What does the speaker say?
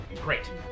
Great